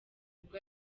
ubwo